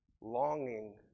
Longing